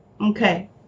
Okay